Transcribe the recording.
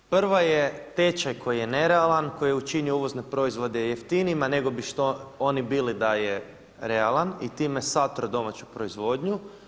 Prva je tečaj koji je nerealan, koji je učinio uvozne proizvode jeftinijima nego bi što oni bili da je realan i time satro domaću proizvodnju.